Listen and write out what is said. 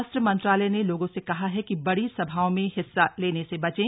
स्वास्थ्य मंत्रालय ने लोगों से कहा है कि बड़ी सभाओं में हिस्सा लेने से बचें